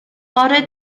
bore